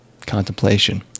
contemplation